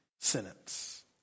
sentence